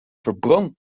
verbrand